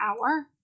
hour